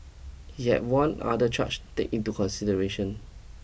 he had one other charge take into consideration